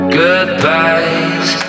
goodbyes